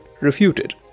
refuted